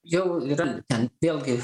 jau yra ten vėlgi